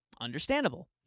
Understandable